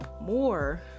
more